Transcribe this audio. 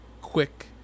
quick